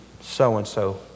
so-and-so